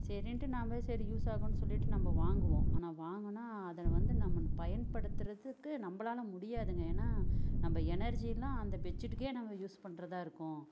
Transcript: சரின்ட்டு நான் போய் சரி யூஸ் ஆகும்னு சொல்லிட்டு நம்ம வாங்குவோம் ஆனால் வாங்கினா அதில் வந்து நம்ம பயன்படுத்துகிறதுக்கு நம்மளால் முடியாதுங்க ஏன்னா நம்ம எனர்ஜிலாம் அந்த பெட்சீட்டுக்கே நாங்கள் யூஸ் பண்ணுறதா இருக்கும்